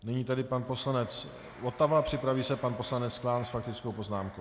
Nyní pan poslanec Votava, připraví se pan poslanec Klán s faktickou poznámkou.